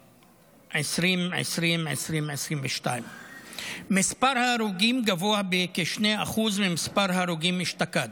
2020 2022. מספר ההרוגים גבוה בכ-2% ממספר ההרוגים אשתקד,